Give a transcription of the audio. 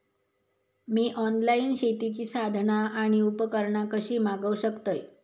मी online शेतीची साधना आणि उपकरणा कशी मागव शकतय?